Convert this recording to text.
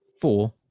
four